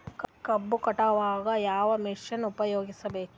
ಕಬ್ಬು ಕಟಾವಗ ಯಾವ ಮಷಿನ್ ಉಪಯೋಗಿಸಬೇಕು?